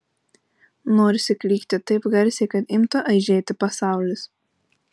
norisi klykti taip garsiai kad imtų aižėti pasaulis